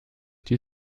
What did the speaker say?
die